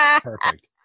Perfect